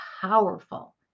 powerful